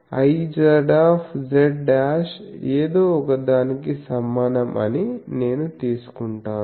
Iz z ఏదో ఒకదానికి సమానం అని నేను తీసుకుంటాను